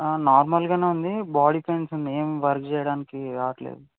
నార్మల్గా ఉంది body pains ఉన్నాయి ఏమి వర్క్ చేయడానికి రావట్లేదు